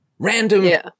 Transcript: Random